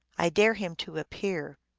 i dare him to appear!